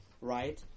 right